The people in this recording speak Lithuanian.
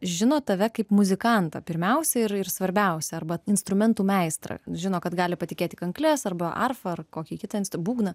žino tave kaip muzikantą pirmiausia ir ir svarbiausia arba instrumentų meistrą žino kad gali patikėti kankles arba arfą ar kokį kitą instu būgną